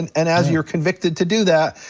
and and as you're convicted to do that,